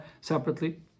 separately